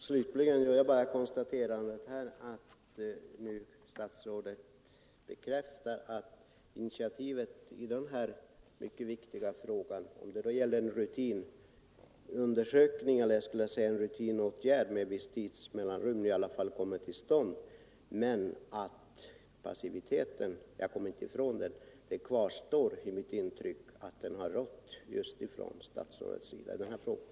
Nr 137 Herr talman! Jag vill nu slutligen bara konstatera att statsrådet bekräftar Fredagen den att rutinåtgärder med visst tidsmellanrum ändå kommer till stånd. Men 6 december 1974 jag kommer inte ifrån mitt intryck av passivitet från statsrådets sida = i denna fråga. Ang. översyn av den inrikes flygtrafikens Överläggningen var härmed slutad. konkurrensoch prisförhållanden